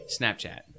Snapchat